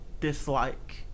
dislike